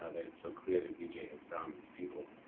ah it's so clear that vijay has found his people.